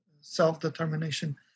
self-determination